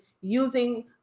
using